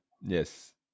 yes